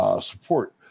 support